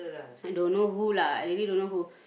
I don't know who lah I really don't know who